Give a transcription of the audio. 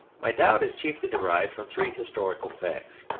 my doubt is chiefly derived from three historical facts.